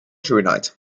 schönheit